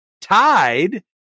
tied